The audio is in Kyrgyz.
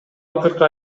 акыркы